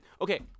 okay